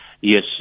Yes